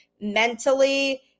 mentally